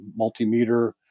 multimeter